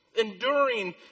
enduring